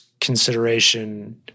consideration